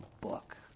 book